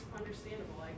understandable